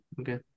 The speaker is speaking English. Okay